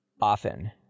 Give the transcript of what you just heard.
often